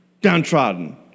downtrodden